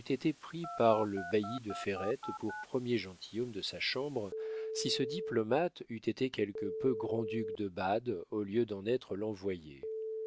été pris par le bailli de ferrette pour premier gentilhomme de sa chambre si ce diplomate eût été quelque peu grand-duc de bade au lieu d'en être